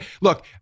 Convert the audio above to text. Look